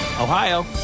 Ohio